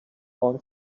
own